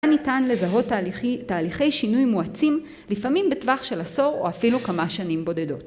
ניתן לזהות תהליכי שינוי מועצים לפעמים בטווח של עשור או אפילו כמה שנים בודדות.